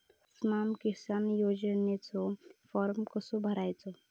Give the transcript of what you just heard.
स्माम किसान योजनेचो फॉर्म कसो भरायचो?